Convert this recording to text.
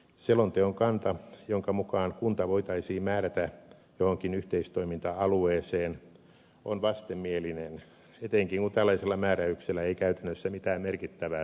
selonteon kanta jonka mukaan kunta voitaisiin määrätä johonkin yhteistoiminta alueeseen on vastenmielinen etenkin kun tällaisella määräyksellä ei käytännössä mitään merkittävää saavutettaisi